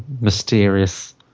mysterious